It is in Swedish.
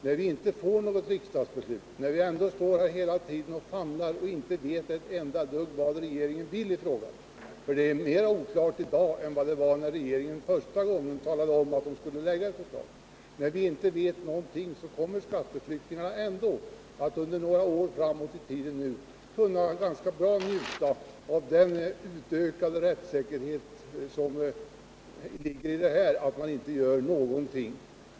När vi inte kan fatta något riksdagsbeslut, utan hela tiden måste gå och famla i mörkret utan att veta vad regeringen vill i frågan — vilket är mera oklart i dag än vad det var när regeringen första gången talade om att ett förslag skulle framläggas — kommer skatteflyktingarna att under ännu några år framåt i tiden kunna njuta av den utökade ”rättssäkerhet” som ligger i att regeringen inte gör någonting.